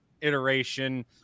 Iteration